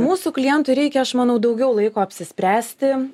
mūsų klientui reikia aš manau daugiau laiko apsispręsti